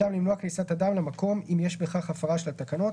למנוע כניסת אדם למקום אם יש בכך הפרה של התקנות,